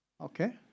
Okay